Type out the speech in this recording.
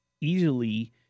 easily